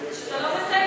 מיכל רוזין (מרצ): שזה לא בסדר.